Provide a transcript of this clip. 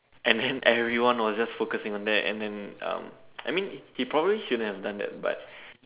and then everyone was just focusing on that and then um I mean he probably shouldn't have done that but